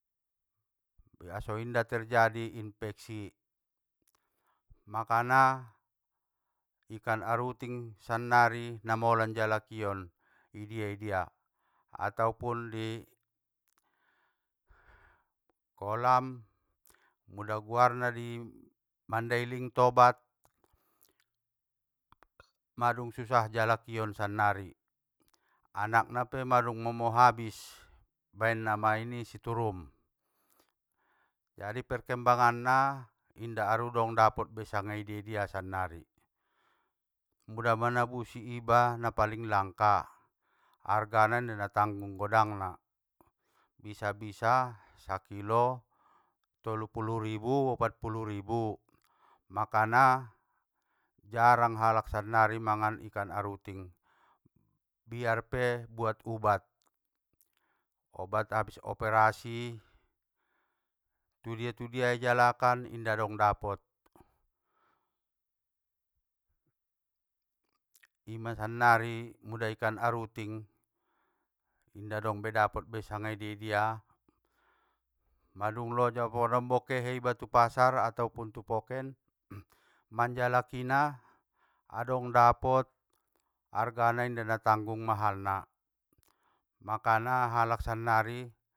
Be aso inda terjadi infeksi, makana ikan aruting sannari namaolan jalakion, idia idia, ataupun di kolam, muda guarna di mandailing tobat, mandung susah jalakion sannari, anakna pe mandung momo habis baen namain i siturum. Jadi perkembangan na inda aru dong be dapot sanga idia dia be sannari, muda manabusi iba na paling langka, argana inda natanggung godangna, bisa bisa sakilo, tolupulu ribu! Opatpulu ribu! Makana, jarang halak sannari mangan ikan aruting, biar pe buat ubat, obat abis operasi, tudia tudia ijalakan inda dong dapot, ima sannari muda ikan aruting, inda dong be dapot sanga idia dia, madung loja manombo kehe iba tu pasar atopun tupoken, manjalakina adong dapot argana inda natanggung mahalna, makana alak sannari.